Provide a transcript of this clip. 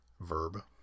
verb